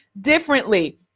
differently